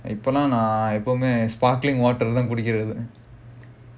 இப்போல்லாம் நான் எப்பயுமே:ippolaam naan eppayumae sparkling water தான் குடிக்கிறது:thaan kudikkirathu